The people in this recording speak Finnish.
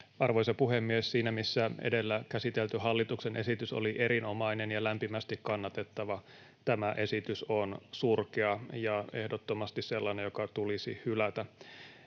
Arvoisa puhemies! Siinä missä edellä käsitelty hallituksen esitys oli erinomainen ja lämpimästi kannatettava, tämä esitys on surkea ja ehdottomasti sellainen, joka tulisi hylätä.